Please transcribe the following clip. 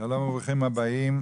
שלום וברוכים הבאים